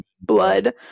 blood